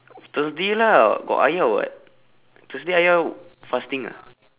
thursday lah got ayah [what] thursday ayah fasting ah